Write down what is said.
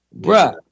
bruh